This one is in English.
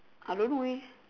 I don't know eh